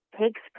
takes